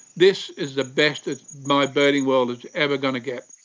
this is the best that my birding world is ever going to get.